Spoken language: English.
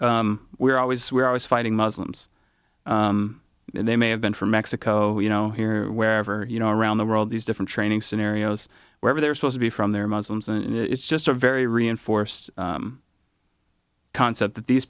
we were always we're always fighting muslims and they may have been from mexico you know here wherever you know around the world these different training scenarios where they're supposed to be from they're muslims and it's just a very reinforced concept that these